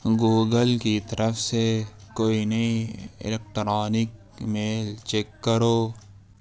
Google کی طرف سے کوئی نئی الیکٹرانک میل چیک کرو